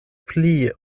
pli